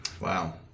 Wow